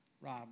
Rob